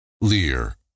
Lear